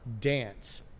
dance